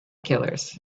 killers